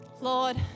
Lord